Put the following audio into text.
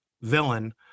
villain